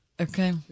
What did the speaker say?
Okay